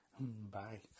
Bye